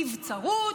נבצרות,